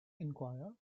enquire